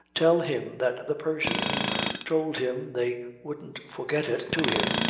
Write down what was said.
tell him that the person who told him they wouldn't forget it to him,